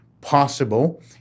possible